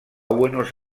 buenos